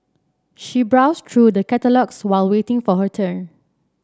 she browsed through the catalogues while waiting for her turn